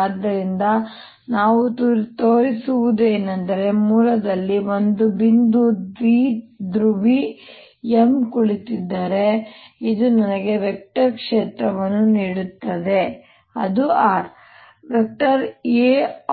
ಆದ್ದರಿಂದ ನಾವು ತೋರಿಸಿರುವುದು ಏನೆಂದರೆ ಮೂಲದಲ್ಲಿ ಒಂದು ಬಿಂದು ದ್ವಿಧ್ರುವಿ m ಕುಳಿತಿದ್ದರೆ ಇದು ನನಗೆ ವೆಕ್ಟರ್ ಕ್ಷೇತ್ರವನ್ನು ನೀಡುತ್ತದೆ r Ar04πmrr3